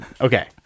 okay